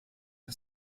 and